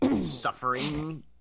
suffering